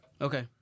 Okay